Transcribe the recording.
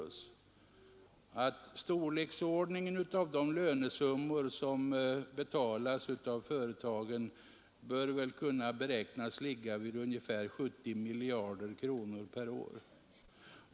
Storleken av de lönesummor som betalas av företagen kan beräknas ligga vid ungefär 70 miljarder kronor per år.